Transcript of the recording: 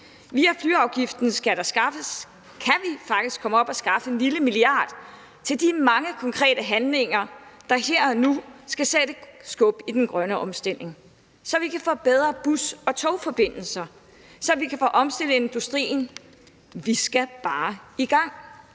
Via flyafgiften kan vi faktisk komme op at skaffe en lille milliard kroner til de mange konkrete handlinger, der her og nu skal sætte skub i den grønne omstilling, så vi kan få bedre bus- og togforbindelser, og så vi kan få omstillet industrien. Vi skal bare i gang,